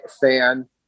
fan